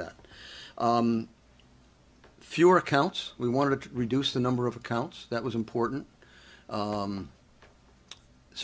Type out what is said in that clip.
that fewer accounts we wanted to reduce the number of accounts that was important so